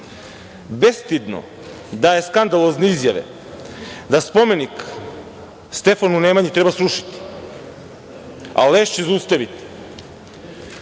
Bestidno daje skandalozne izjave da spomenik Stefana Nemanje treba srušiti, a Lešće zaustaviti.